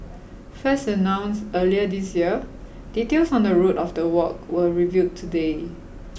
first announced earlier this year details on the route of the walk were revealed today